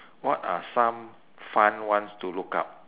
what are some fun ones to look up